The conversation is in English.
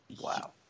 Wow